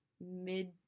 mid